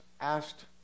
asked